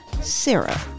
Sarah